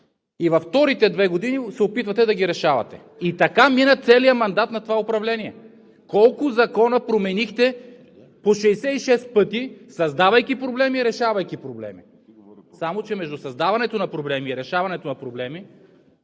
и във вторите две години се опитвате да ги решавате. И така мина целият мандат на това управление. Колко закона променихте по 66 пъти, създавайки проблеми, решавайки проблеми? Само че между създаването на проблеми и решаването на проблеми